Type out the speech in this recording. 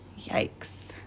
yikes